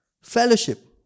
Fellowship